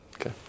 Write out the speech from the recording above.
Okay